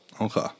okay